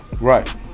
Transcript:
Right